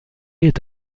est